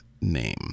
name